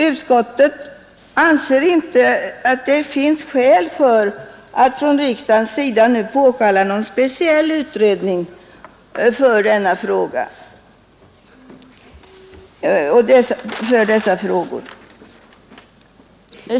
Utskottet anser inte att det finns skäl för riksdagen att nu påkalla någon speciell utredning rörande dessa frågor.